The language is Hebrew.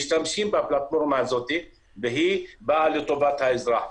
משתמשים בפלטפורמה הזאת, והיא באה לטובת האזרח.